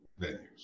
venues